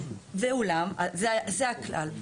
זה הכלל.